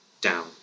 down